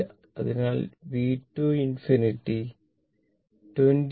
അതിനാൽ V2 ∞ 25 2